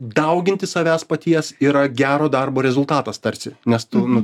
dauginti savęs paties yra gero darbo rezultatas tarsi nes tu nu